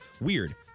Weird